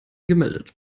gemeldet